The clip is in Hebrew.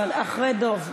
טוב, אז אחרי דב.